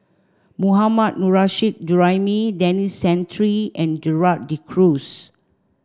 Mohammad Nurrasyid Juraimi Denis Santry and Gerald De Cruz